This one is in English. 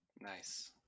Nice